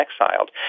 exiled